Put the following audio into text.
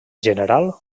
general